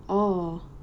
oh